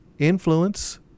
influence